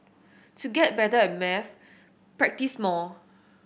to get better at maths practise more